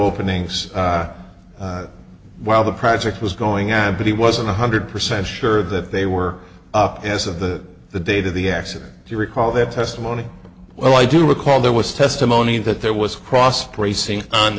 openings while the project was going on but he wasn't one hundred percent sure that they were up as of the the date of the accident if you recall their testimony well i do recall there was testimony that there was cross bracing on